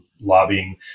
lobbying